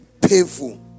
painful